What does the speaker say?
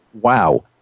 wow